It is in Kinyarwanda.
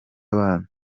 abanza